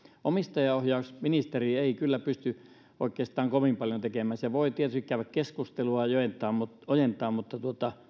omistajaohjausministeri ei kyllä pysty oikeastaan kovin paljon tekemään hän voi tietysti käydä keskustelua ja ojentaa mutta ojentaa mutta